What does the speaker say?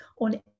on